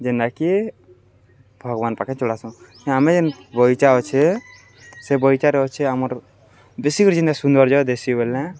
ଯେନ୍କି ଭଗବାନ ପାଖେ ଚଳାସୁଁ ଆମେ ଯେନ୍ ବଗଚା ଅଛେ ସେ ବଗଚାରେ ଅଛ ଆମର୍ ବେଶୀ କରି ଯେନ୍ଠେ ସୌନ୍ଦର୍ଯ୍ୟ ଦେଶୀ ବଲେ